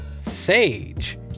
Sage